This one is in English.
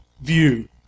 view